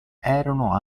erano